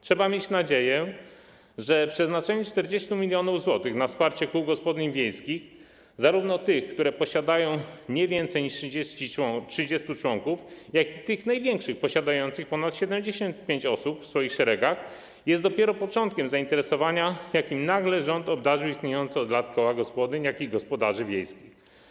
Trzeba mieć nadzieję, że przeznaczenie 40 mln zł na wsparcie kół gospodyń wiejskich - zarówno tych, które posiadają nie więcej niż 30 członków, jak i tych największych, posiadających ponad 75 osób w swoich szeregach - jest dopiero początkiem zainteresowania, jakim nagle rząd obdarzył istniejące od lat koła gospodyń i gospodarzy wiejskich.